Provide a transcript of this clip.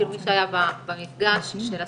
מי שהיה במפגש של השר,